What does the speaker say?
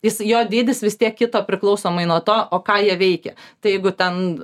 jis jo dydis vis tiek kito priklausomai nuo to o ką jie veikia tai jeigu ten